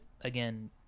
again